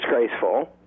disgraceful